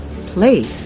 play